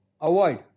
avoid